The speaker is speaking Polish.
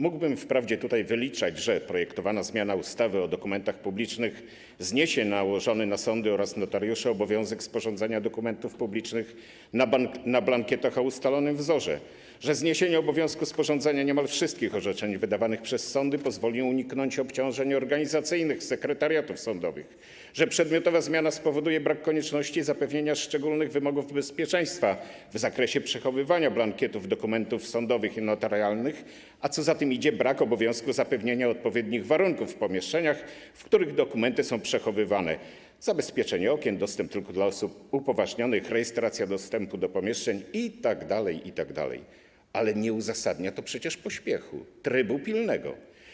Mógłbym wprawdzie powiedzieć, że projektowana zmiana ustawy o dokumentach publicznych zniesie nałożony na sądy oraz notariuszy obowiązek sporządzania dokumentów publicznych na blankietach o ustalonym wzorze, że zniesienie obowiązku sporządzania niemal wszystkich orzeczeń wydawanych przez sądy pozwoli uniknąć obciążeń organizacyjnych sekretariatów sądowych, że przedmiotowa zmiana spowoduje brak konieczności zapewnienia szczególnych wymogów bezpieczeństwa w zakresie przechowywania blankietów dokumentów sądowych i notarialnych, a co za tym idzie, brak obowiązku zapewnienia odpowiednich warunków w pomieszczeniach, w których dokumenty są przechowywane, zabezpieczania okien, dostępu tylko dla osób upoważnionych, rejestracji dostępu do pomieszczeń itd., ale nie uzasadnia to przecież pośpiechu, trybu pilnego.